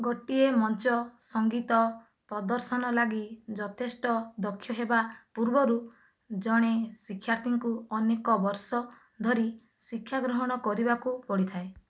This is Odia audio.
ଗୋଟିଏ ମଞ୍ଚ ସଙ୍ଗୀତ ପ୍ରଦର୍ଶନ ଲାଗି ଯଥେଷ୍ଟ ଦକ୍ଷ ହେବା ପୂର୍ବରୁ ଜଣେ ଶିକ୍ଷାର୍ଥୀଙ୍କୁ ଅନେକ ବର୍ଷ ଧରି ଶିକ୍ଷାଗ୍ରହଣ କରିବାକୁ ପଡ଼ିଥାଏ